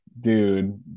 dude